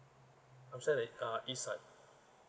I'm staying ah east side